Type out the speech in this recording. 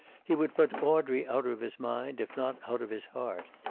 he would put audrey out of his mind, if not out of his heart.